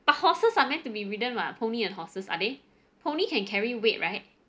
but horses are meant to be ridden mah pony and horses are they pony can carry weight right